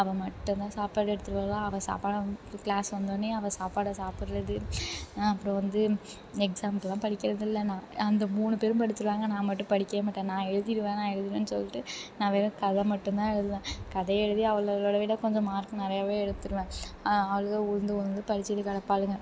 அவள் மட்டுந்தான் சாப்பாடு எடுத்துட்டு வருவாளா அவள் சாப்பாட்ட வந்த க்ளாஸ் வந்தோடனே அவள் சாப்பாட்ட சாப்பிட்றது அப்புறம் வந்து எக்ஸாம்க்குலாம் படிக்கிறதில்லை நான் அந்த மூணு பேரும் படித்திருவாங்க நான் மட்டும் படிக்கவே மாட்டேன் நான் எழுதிவிடுவேன் நான் எழுதிடுவேன்னு சொல்லிட்டு நான் வெறும் கதை மட்டுந்தான் எழுதுவேன் கதையை எழுதி அவளுகளை விட கொஞ்சம் மார்க் நிறையவே எடுத்துடுவேன் அவளுக உழுந்து உழுந்து படிச்சுட்டு கிடப்பாளுங்க